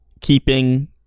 keeping